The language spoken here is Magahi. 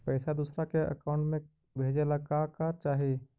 पैसा दूसरा के अकाउंट में भेजे ला का का चाही?